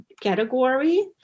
category